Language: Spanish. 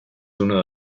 uno